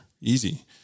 easy